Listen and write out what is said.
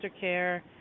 care